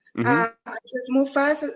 i just move faster.